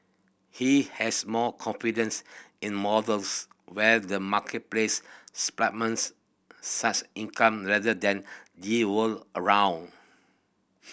he has more confidence in models where the marketplace supplements such income rather than they were around